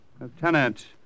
Lieutenant